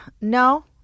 No